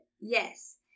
Yes